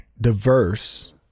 diverse